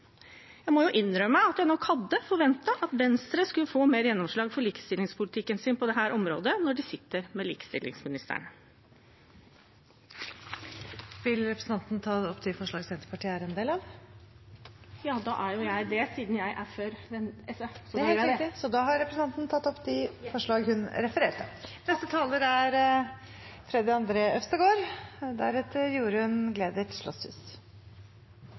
Jeg må innrømme at jeg nok hadde forventet at Venstre skulle få mer gjennomslag for likestillingspolitikken sin på dette området – når de sitter med likestillingsministeren. Vil representanten ta opp de forslagene der Senterpartiet er medforslagsstiller? Ja, det vil jeg, siden jeg er før taleren fra SV. Det er helt riktig. Da har representanten Åslaug Sem-Jakobsen tatt opp de forslagene hun refererte